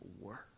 work